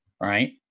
Right